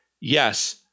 yes